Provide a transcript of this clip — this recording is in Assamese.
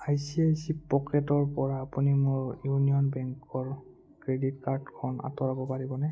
আই চি আই চি পকেটছ্ৰপৰা আপুনি মোৰ ইউনিয়ন বেংকৰ ক্ৰেডিট কাৰ্ডখন আঁতৰাব পাৰিবনে